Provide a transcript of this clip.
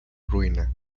ruina